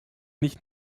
nicht